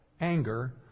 anger